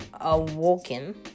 awoken